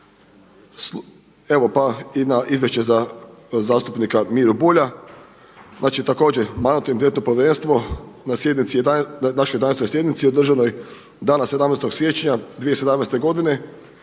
Evo pa i na izvješće za zastupnika Miru Bulja. Znači također Mandatno-imunitetno povjerenstvo na sjednici, našoj 11. sjednici održanoj dana 17. siječnja 2017. godine